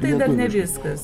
tai dar ne viskas